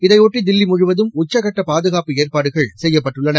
இதையொட்டி தில்லி முழுவதும் உச்சகட்ட பாதுகாப்பு ஏற்பாடுகள் செய்யப்பட்டுள்ளன